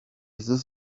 this